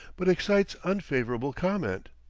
but excites unfavorable comment.